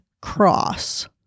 cross